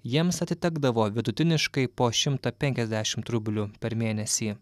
jiems atitekdavo vidutiniškai po šimtą penkiasdešimt rublių per mėnesį